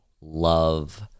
love